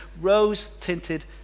rose-tinted